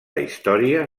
història